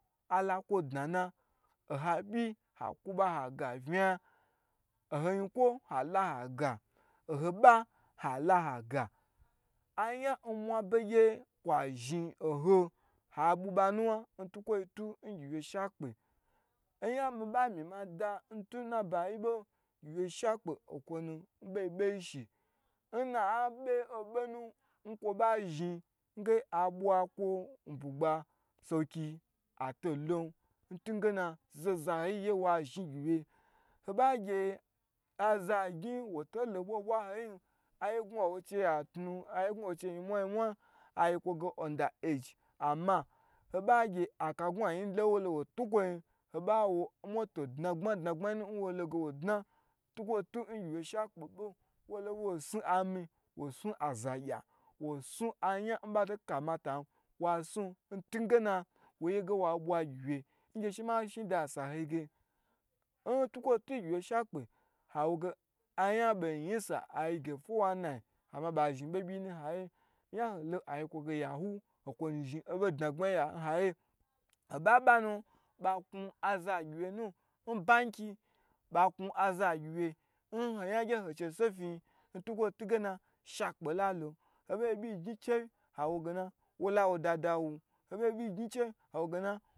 Ala kwo dna na oha byi ha ku ba ha ga vnayan oho yinko hala haga, oho bha hala ha go ayan nmwabegyi kwa zhin ha bwi banuwa ntukwo to gyiwye shakpe oyan mi ba mi ba ma da ntukwo tu na bayi to gyiwye shakpe kwo nu na abeyi be shi nna be nna ba zhin abwa kwo n bugba n sowokiyi atolon ntugena zaho zaho yi ye wa zhin gyiwye obagye ozagni woto lo bwaho bwaho yin aye awo chei atnu, aye awo chei nyimwa nyimmwa ayi kwo ge unda age ama ge aka ngua nyi nwo lo wo takwo nyin obawo nge moto dnagbma dnagbma yinu nwo lo woi dna ntukwo tu gyiwye shakpe bo wolo woi sni aza gya, wo sni ayan nbai to kamata ba sni, n tukwo tu nge woye wa bwa gyiwye, n gye she ma shin da n saho ge ayan boyin nsa ayi ge 419 ama bha zhin ayan abyi yi nu n naye. Yan hoi lo ayi kwo ge yawu n kwo nuzhin abo dnagbma yi nnaye oba ba nu baku aza agyiwye nu nna banki bai kun aza agyiwye nho yan ye nhoi chei sofiyin ntugena shakpe lalo, hobagyu byi gni chewi awogena wola wo dada wu, hoba gye obyi gni chewi awogena